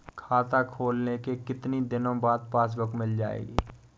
खाता खोलने के कितनी दिनो बाद पासबुक मिल जाएगी?